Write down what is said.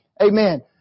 Amen